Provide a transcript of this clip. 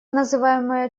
называемая